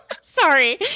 Sorry